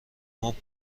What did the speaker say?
مبل